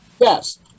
yes